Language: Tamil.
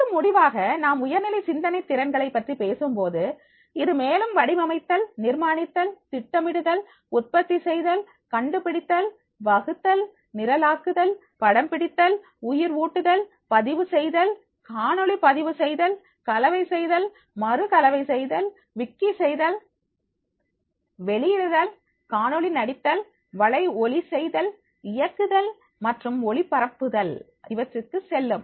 மற்றும் முடிவாக நாம் உயர்நிலை சிந்தனை திறன்களைப் பற்றி பேசும் போது இது மேலும் வடிவமைத்தல் நிர்மாணித்தல் திட்டமிடுதல் உற்பத்தி செய்தல் கண்டுபிடித்தல் வகுத்தல் நிரல் ஆக்குதல் படம் பிடித்தல் உயிர் ஊட்டுதல் பதிவு செய்தல் காணொளி பதிவு செய்தல் கலவை செய்தல் மறு கலவை செய்தல் விக்கிசெய்தல் வெளியிடுதல் காணொளி நடித்தல் வளை ஒலி செய்தல் இயக்குதல் மற்றும் ஒளிபரப்பதல் இவற்றுக்கு செல்லும்